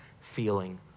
feeling